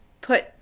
put